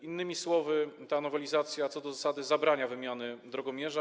Innymi słowy, ta nowelizacja co do zasady zabrania wymiany drogomierza.